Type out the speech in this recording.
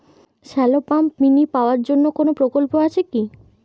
Shallow pump mini power জন্য কোনো প্রকল্প আছে কি?